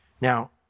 Now